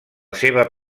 seva